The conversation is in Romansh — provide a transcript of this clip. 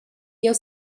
jeu